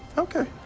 okay,